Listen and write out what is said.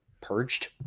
purged